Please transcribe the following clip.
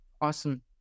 Awesome